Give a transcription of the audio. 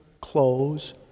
clothes